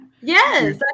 yes